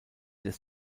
des